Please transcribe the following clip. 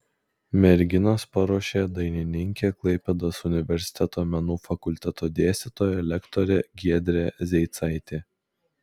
merginas paruošė dainininkė klaipėdos universiteto menų fakulteto dėstytoja lektorė giedrė zeicaitė